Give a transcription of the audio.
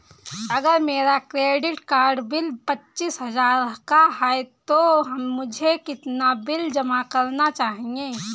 अगर मेरा credit card bill पच्चीस हजार का है तो मुझे कितना बिल जमा करना चाहिए?